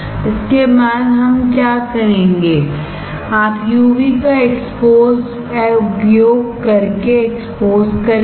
इसके बाद हम क्या करेंगे आप यूवी का उपयोग करके एक्सपोजकरेंगे